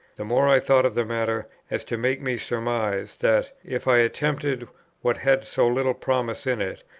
the more i thought of the matter, as to make me surmise, that, if i attempted what had so little promise in it,